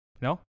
No